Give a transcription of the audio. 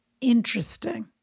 Interesting